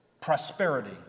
prosperity